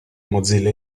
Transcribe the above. mozilla